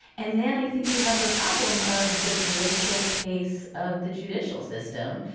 and then i think you have the problem of the glacial pace of the judicial system.